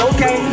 Okay